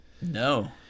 No